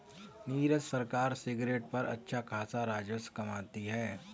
नीरज सरकार सिगरेट पर अच्छा खासा राजस्व कमाती है